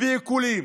ובעיקולים.